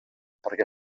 perquè